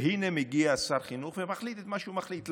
הינה מגיע שר חינוך ומחליט את מה שהוא מחליט.